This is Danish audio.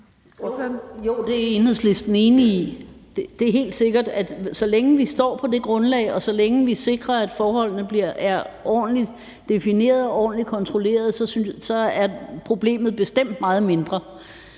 Jo, det er Enhedslisten enig i. Det er helt sikkert, at så længe vi står på det grundlag, og at så længe vi sikrer, at forholdene er ordentligt defineret og ordentligt kontrolleret, så er problemet bestemt meget mindre.